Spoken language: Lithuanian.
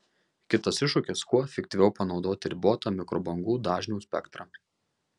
kitas iššūkis kuo efektyviau panaudoti ribotą mikrobangų dažnių spektrą